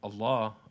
Allah